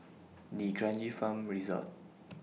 D'Kranji Farm Resort